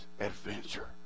adventure